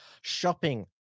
Shopping